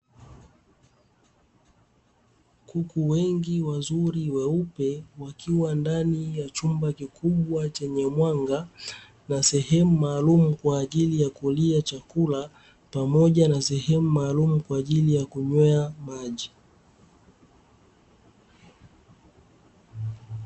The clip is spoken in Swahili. Kuku wengi wazuri weupe wakiwa ndani ya chumba kikubwa chenye mwanga na sehemu maalumu kwa ajili ya kulia chakula pamoja na sehemu maalumu kwa ajili ya kunywea maji.